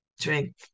drink